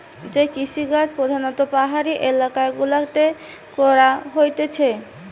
যে কৃষিকাজ প্রধাণত পাহাড়ি এলাকা গুলাতে করা হতিছে